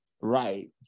Right